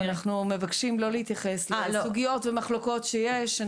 אנחנו מבקשים לא להתייחס לסוגיות ומחלוקות שיש.